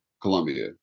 colombia